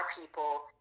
people